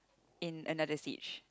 in another stage